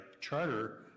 charter